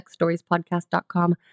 sexstoriespodcast.com